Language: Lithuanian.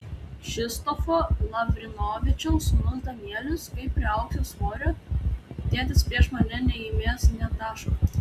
kšištofo lavrinovičiaus sūnus danielius kai priaugsiu svorio tėtis prieš mane neįmes nė taško